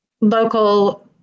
local